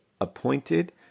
appointed